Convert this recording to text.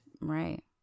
Right